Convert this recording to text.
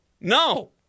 No